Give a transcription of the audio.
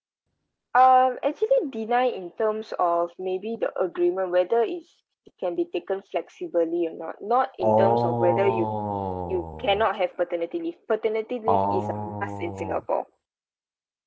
um actually deny in terms of maybe the agreement whether it's can be taken flexibly or not not in terms of whether you you cannot have paternity leave paternity leave is a must in singapore